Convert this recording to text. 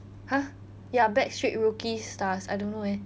!huh! ya backstreet rookie stars I don't know eh